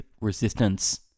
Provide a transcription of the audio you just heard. resistance